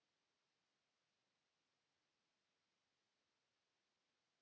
Kiitos,